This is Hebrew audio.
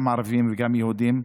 גם ערבים וגם יהודים.